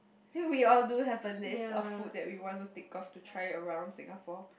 so we all do have a list of food that we want to tick off to try around Singapore